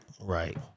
Right